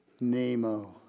Nemo